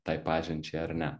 tai pažinčiai ar ne